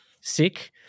sick